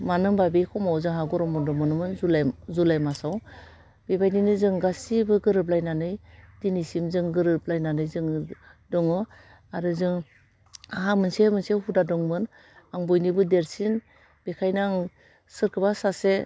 मानो होनबा बे समाव जाहा गरम बन्द मोनोमोन जुलाइ जुलाइ मासआव बेबायदिनो जों गासैबो गोरोबलायनानै दिनैसिम जों गोरोबलायनानै जोङो दङ आरो जोंहा मोनसे मोनसेआव हुदा दंमोन आं बयनिबो देरसिन बेखायनो आं सोरखौबा सासे